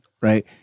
right